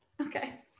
Okay